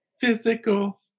physical